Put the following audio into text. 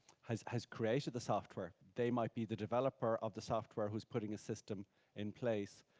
has has created the software. they might be the developer of the software who is putting a system in place,